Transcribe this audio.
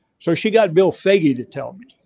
so she got bill fagin to tell me,